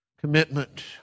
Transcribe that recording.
Commitment